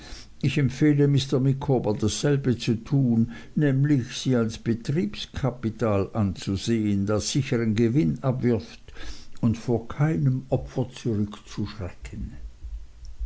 ich empfehle mr micawber dasselbe zu tun nämlich sie als betriebskapital anzusehen das sichern gewinn abwirft und vor keinem opfer zurückzuschrecken